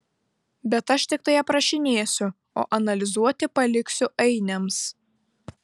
bet aš tiktai aprašinėsiu o analizuoti paliksiu ainiams